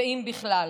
ואם בכלל.